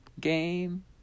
game